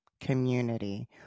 community